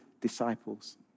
disciples